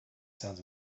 sounds